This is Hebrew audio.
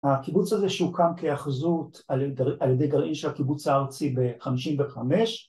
הקיבוץ הזה שהוקם כהאחזות על ידי גרעין של הקיבוץ הארצי ב-55